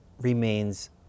remains